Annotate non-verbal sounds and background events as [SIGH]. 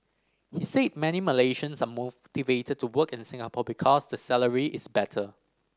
he said many Malaysians are [UNINTELLIGIBLE] to work in Singapore because the salary is better